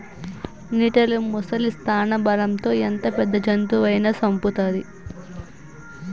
నీటిలో ముసలి స్థానబలం తో ఎంత పెద్ద జంతువునైనా సంపుతాది